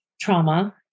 trauma